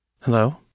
Hello